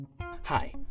Hi